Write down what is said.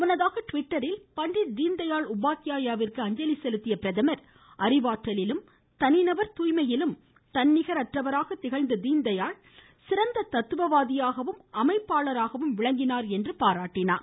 முன்னதாக ட்விட்டரில் பண்டிட் தீன்தயாள் உபாத்யாயாவிற்கு அஞ்சலி செலுத்திய பிரதமர் அறிவாற்றலிலும் தனிநபர் தூய்மையிலும் தன்னிகர் அற்றவராக திகழ்ந்த தீன்தயாள் சிறந்த தத்துவவாதியாகவும் அமைப்பாளராகவும் விளங்கினா் என்று பாராட்டினார்